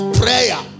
prayer